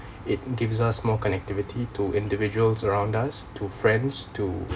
it gives us more connectivity to individuals around us to friends to